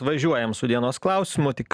važiuojam su dienos klausimu tik